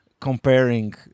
comparing